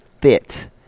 fit